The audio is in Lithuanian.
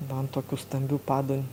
va ant tokių stambių padų